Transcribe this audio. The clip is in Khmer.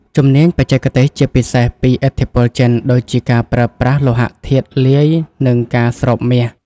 ជំនាញបច្ចេកទេស ជាពិសេសពីឥទ្ធិពលចិន ដូចជាការប្រើប្រាស់លោហៈធាតុលាយ និងការស្រោបមាស។